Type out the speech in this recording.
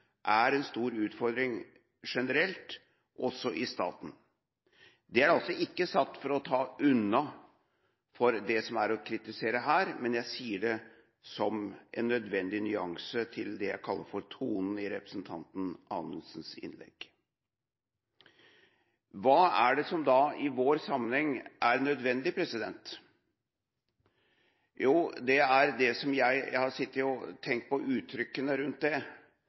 er en stor utfordring generelt, også i staten. Dette er altså ikke sagt for å ta unna for det som er å kritisere her, men jeg sier dette som en nødvendig nyanse til det jeg kaller for «tonen» i representanten Anundsens innlegg. Hva er det som da i vår sammenheng er nødvendig? Jeg har sittet og tenkt på uttrykkene rundt det,